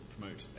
promote